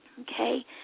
Okay